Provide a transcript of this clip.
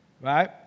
right